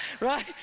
Right